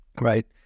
Right